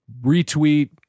retweet